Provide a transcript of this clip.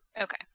Okay